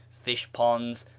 fish-ponds,